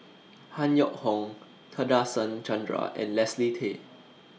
Han Yong Hong Nadasen Chandra and Leslie Tay